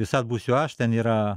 visad būsiu aš ten yra